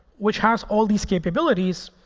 which has all these capabilities.